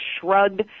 Shrugged